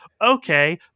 Okay